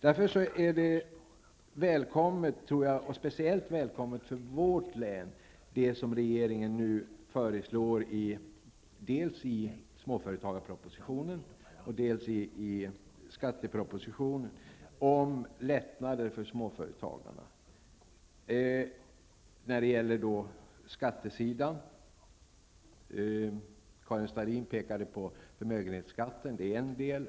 Därför är det som regeringen nu föreslår, dels i småföretagarpropositionen, dels i skattepropositionen, om lättnader på skattesidan för småföretagarna välkommet, speciellt i vårt län. Karin Starrin pekade på förslaget om förmögenhetsskatten -- det är en del.